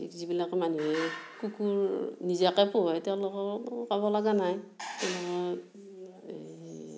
যিবিলাকৰ মানুহে কুকুৰ নিজাকৈ পোহে তেওঁলোকৰ ক'বলগা নাই এই